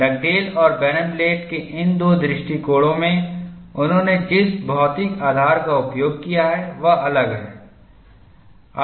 Dugdale और Barenblatt के इन दो दृष्टिकोणों में उन्होंने जिस भौतिक आधार का उपयोग किया है वह अलग है